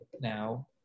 now